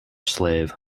slave